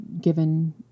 given